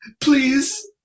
please